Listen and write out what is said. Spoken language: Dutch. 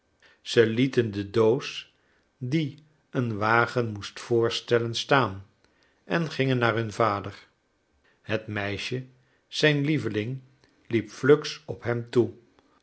zij lieten de doos die een wagen moest voorstellen staan en gingen naar hun vader het meisje zijn lieveling liep fluks op hem toe